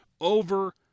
over